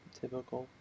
typical